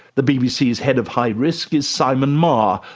the bbc's head of high risk is simon marr,